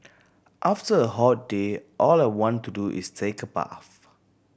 after a hot day all I want to do is take a bath